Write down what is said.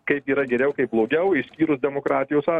kaip yra geriau kaip blogiau išskyrus demokratijos